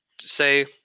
say